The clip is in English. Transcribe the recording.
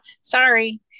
sorry